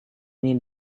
ini